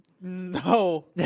no